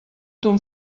ton